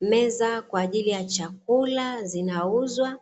Meza kwaajili ya chakula zinauzwa